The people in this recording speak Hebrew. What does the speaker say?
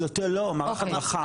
לא, מערך הדרכה.